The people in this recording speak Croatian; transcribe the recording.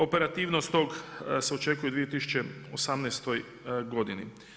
Operativnost tog se očekuje u 2018. godini.